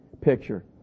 picture